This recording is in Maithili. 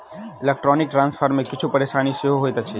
इलेक्ट्रौनीक ट्रांस्फर मे किछु परेशानी सेहो होइत अछि